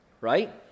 right